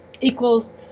equals